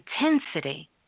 intensity